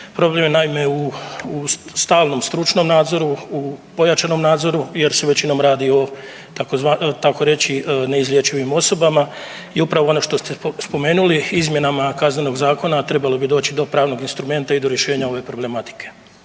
Problem je naime u stalnom stručnom nadzoru, u pojačanom nadzoru jer se većinom radi o tako reći neizlječivim osobama. I upravo ono što ste spomenuli u izmjenama Kaznenog zakona trebalo bi doći do pravnog instrumenta i do rješenja ove problematike.